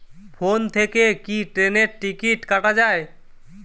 Phone থেকে কি ট্রেনের টিকিট কাটা য়ায়?